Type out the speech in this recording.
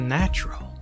natural